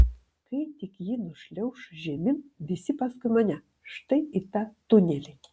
kai tik ji nušliauš žemyn visi paskui mane štai į tą tunelį